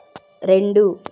రెండు